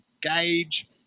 gauge